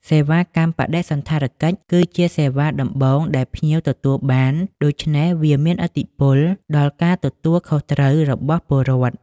សេវាកម្មបដិសណ្ឋារកិច្ចគឺជាសេវាដំបូងដែលភ្ញៀវទទួលបាន ដូច្នេះវាមានឥទ្ធិពលដល់ការទទួលខុសត្រូវរបស់ពលរដ្ឋ។